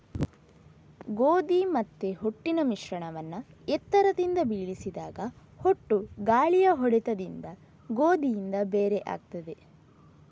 ಗೋಧಿ ಮತ್ತೆ ಹೊಟ್ಟಿನ ಮಿಶ್ರಣವನ್ನ ಎತ್ತರದಿಂದ ಬೀಳಿಸಿದಾಗ ಹೊಟ್ಟು ಗಾಳಿಯ ಹೊಡೆತದಿಂದ ಗೋಧಿಯಿಂದ ಬೇರೆ ಆಗ್ತದೆ